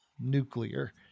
nuclear